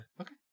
Okay